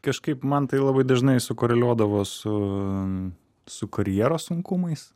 kažkaip man tai labai dažnai sukoreliuodavo su su karjeros sunkumais